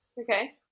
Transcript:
Okay